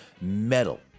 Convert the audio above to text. Metal